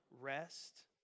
rest